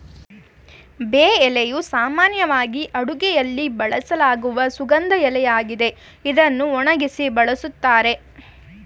ಬೇ ಎಲೆಯು ಸಾಮಾನ್ಯವಾಗಿ ಅಡುಗೆಯಲ್ಲಿ ಬಳಸಲಾಗುವ ಸುಗಂಧ ಎಲೆಯಾಗಿದೆ ಇದ್ನ ಒಣಗ್ಸಿ ಬಳುಸ್ತಾರೆ